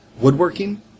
woodworking